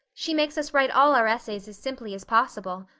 she makes us write all our essays as simply as possible.